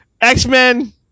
X-Men